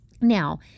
now